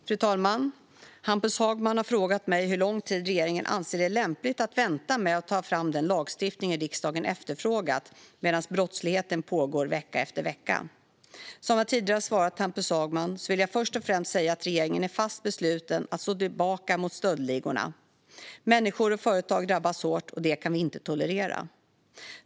Fru talman! har frågat mig hur lång tid regeringen anser det är lämpligt att vänta med att ta fram den lagstiftning riksdagen efterfrågat medan brottsligheten pågår vecka efter vecka. Som jag tidigare har svarat Hampus Hagman vill jag först och främst säga att regeringen är fast besluten att slå tillbaka mot stöldligorna. Människor och företag drabbas hårt, och det kan vi inte tolerera.